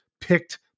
picked